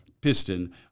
piston